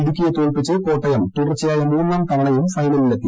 ഇടുക്കിയെ തോൽപ്പിച്ച് കോട്ടയം തുടർച്ചയായ മൂന്നാം തവണയും ഫൈനലിലെത്തി